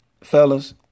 fellas